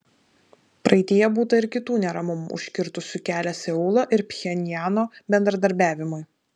praeityje būta ir kitų neramumų užkirtusių kelią seulo ir pchenjano bendradarbiavimui